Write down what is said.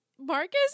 Marcus